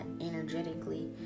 energetically